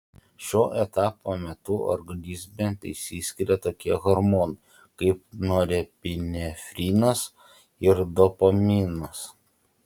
šio etapo metu organizme išsiskiria tokie hormonai kaip norepinefrinas ir dopaminas